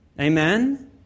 Amen